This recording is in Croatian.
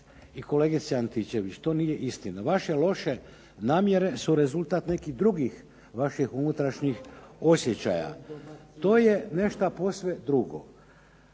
i kolegice Antičević to nije istina. Vaše loše namjere su rezultat nekih drugih vaših unutrašnjih osjećaja. To je nešto posve drugo.